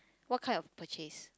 what kind of purchase